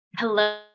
Hello